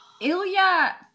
Ilya